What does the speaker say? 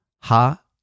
Ha